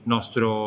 nostro